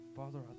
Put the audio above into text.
Father